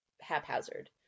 haphazard